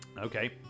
Okay